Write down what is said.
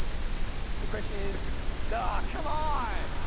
the question is ah, come on!